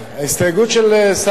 כמסתייג ועומדות לרשותו חמש דקות.